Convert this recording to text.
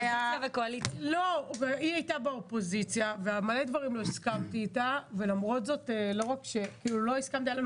היא הייתה באופוזיציה ועל מלא דברים לא הסכמנו איתה היו לנו